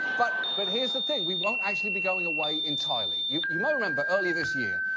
but but here's the thing, we won't actually be going away entirely. you you might remember earlier this year,